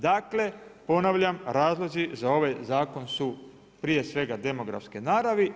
Dakle, ponavljam razlozi za ovaj zakon su prije svega demografske naravi.